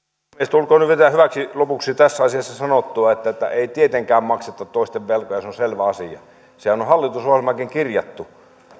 tulkoon nyt vielä hyväksi lopuksi tässä asiassa sanottua että ei tietenkään makseta toisten velkoja se on selvä asia sehän on hallitusohjelmaankin kirjattu